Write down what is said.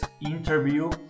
interview